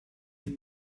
that